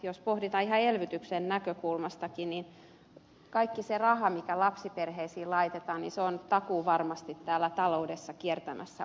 jos pohditaan ihan elvytyksenkin näkökulmasta niin kaikki se raha mikä lapsiperheisiin laitetaan on takuuvarmasti taloudessa kiertämässä uudestaan